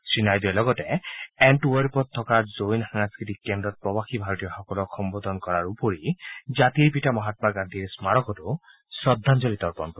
শ্ৰীনাইডুৱে লগতে এণ্টৱেৰ্পত থকা জৈন সাংস্কৃতিক কেন্দ্ৰত প্ৰৱাসী ভাৰতীয়সকলক সম্বোধন কৰাৰ উপৰি জাতিৰ পিতা মহাত্মা গান্ধীৰ স্মাৰকতো পুষ্পাঞ্জলি তৰ্পণ কৰিব